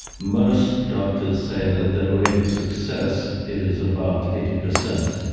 most doctors say that their rate of success is about eighty percent.